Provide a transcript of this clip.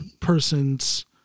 person's